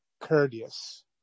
courteous